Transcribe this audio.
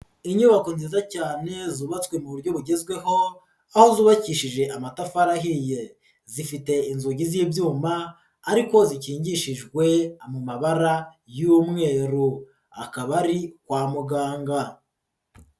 Inyubako nziza cyane zubatswe mu buryo bugezweho aho zubakishije amatafari ahiye, zifite inzugi z'ibyuma ariko zikingishijwe mu mabara y'umweru, akaba ari kwa muganga.